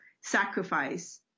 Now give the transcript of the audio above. sacrifice